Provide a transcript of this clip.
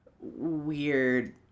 weird